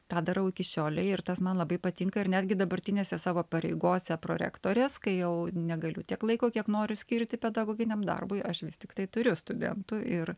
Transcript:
tą darau iki šiolei ir tas man labai patinka ir netgi dabartinėse savo pareigose prorektorės kai jau negaliu tiek laiko kiek noriu skirti pedagoginiam darbui aš vis tiktai turiu studentų ir